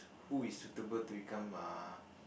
who is suitable to become uh